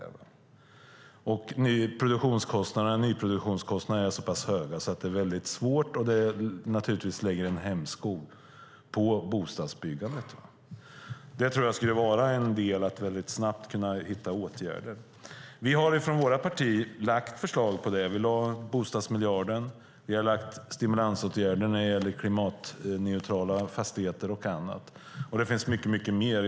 Nyproduktionskostnaderna är så pass höga att det är svårt att bygga, och det lägger naturligtvis en hämsko på bostadsbyggandet. Detta skulle man kunna hitta åtgärder för att komma till rätta med. Vi i vårt parti har lagt fram förslag om detta. Vi har förslagit en bostadsmiljard. Vi har lagt fram förslag om stimulansåtgärder när det gäller klimatneutrala fastigheter och annat. Det finns mycket mer.